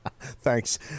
Thanks